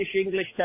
English